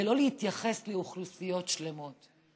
ולא להתייחס לאוכלוסיות שלמות.